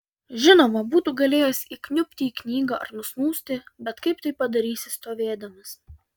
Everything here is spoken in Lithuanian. žinoma būtų galėjęs įkniubti į knygą ar nusnūsti bet kaip tai padarysi stovėdamas